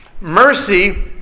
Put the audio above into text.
Mercy